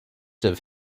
have